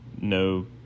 no